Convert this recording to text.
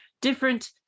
different